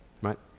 Right